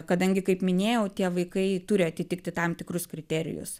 kadangi kaip minėjau tie vaikai turi atitikti tam tikrus kriterijus